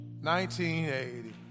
1980